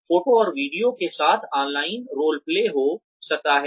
photo और video के साथ ऑनलाइन रोल प्ले हो सकता है